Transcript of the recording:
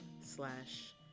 slash